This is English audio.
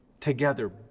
together